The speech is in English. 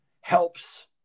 helps